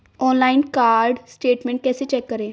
Online card statement कैसे check करें?